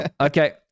Okay